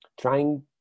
trying